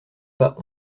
pas